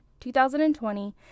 2020